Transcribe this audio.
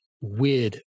weird